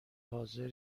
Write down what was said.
حاضر